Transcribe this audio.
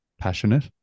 Passionate